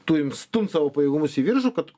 turim stumt savo pajėgumus į viršų kad